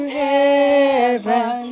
heaven